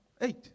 Eight